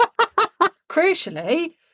Crucially